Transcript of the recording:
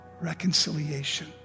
reconciliation